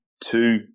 two